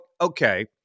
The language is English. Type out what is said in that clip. okay